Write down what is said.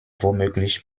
womöglich